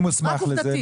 מי מוסמך לזה?